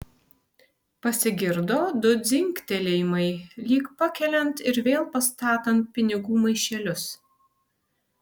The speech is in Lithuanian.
pasigirdo du dzingtelėjimai lyg pakeliant ir vėl pastatant pinigų maišelius